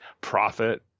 profit